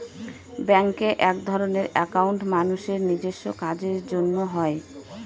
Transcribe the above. ব্যাঙ্কে একধরনের একাউন্ট মানুষের নিজেস্ব কাজের জন্য হয়